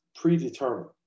predetermined